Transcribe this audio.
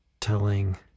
telling